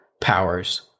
powers